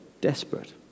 desperate